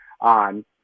on